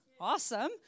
awesome